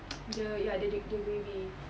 the ya the the the gravy